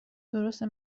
درسته